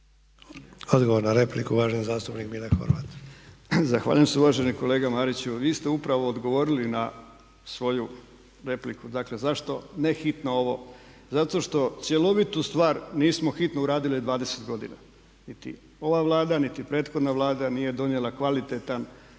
Odgovor na repliku, uvaženi zastupnik Mile Horvat. **Horvat, Mile (SDSS)** Zahvaljujem se uvaženi kolega Mariću. Vi ste upravo odgovorili na svoju repliku. Dakle, zašto ne hitno ovo? Zato što cjelovitu stvar nismo hitno uradili 20 godina, niti ova Vlada niti prethodna Vlada nije donijela kvalitetan